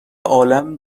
عالم